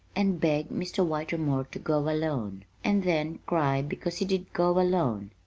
and beg mr. whitermore to go alone and then cry because he did go alone.